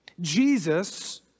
Jesus